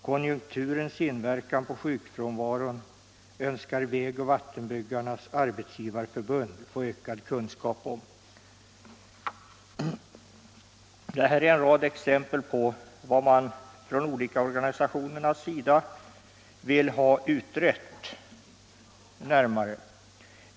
Konjunkturens inverkan på sjukfrånvaron önskar Väg och Vattenbyggarnas Arbetsgivareförbund få ökad kunskap om.” Detta var en rad exempel på vad de olika organisationerna vill ha närmare utrett.